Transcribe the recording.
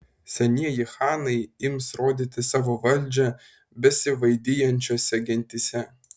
senieji chanai ims rodyti savo valdžią besivaidijančiose gentyse